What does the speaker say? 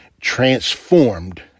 transformed